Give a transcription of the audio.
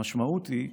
המשמעות היא,